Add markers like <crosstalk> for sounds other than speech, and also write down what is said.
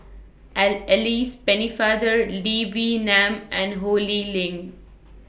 <unintelligible> Alice Pennefather Lee Wee Nam and Ho Lee Ling